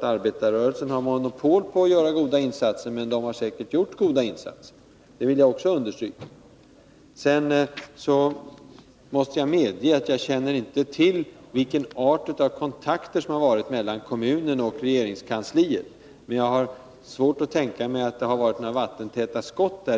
Arbetarrörelsen har väl inte monopol på att göra goda insatser, men den har säkert gjort insatser — det vill jag också understryka. Sedan måste jag medge att jag inte känner till arten av kontakter mellan kommunen och regeringskansliet. Men jag har svårt att tänka mig att det varit några vattentäta skott.